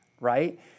right